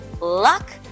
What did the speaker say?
luck